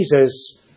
Jesus